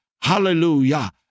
hallelujah